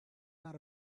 got